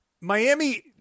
Miami